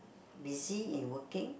busy in working